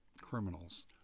criminals